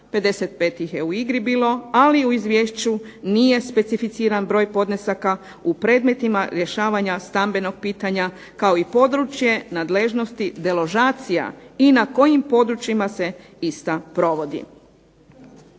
55 ih je u igri bilo, ali u Izvješću nije specificiran broj podnesaka u predmetima rješavanja stambenog pitanja kao i područje nadležnosti deložacija i na kojim područjima se ista provodi.